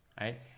right